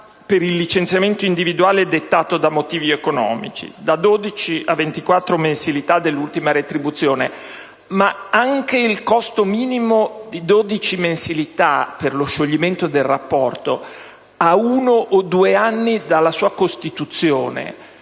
per il licenziamento individuale dettato da motivi economici: da dodici a ventiquattro mensilità dell'ultima retribuzione. Ma anche il costo minimo di dodici mensilità per lo scioglimento del rapporto, a uno o due anni dalla sua costituzione,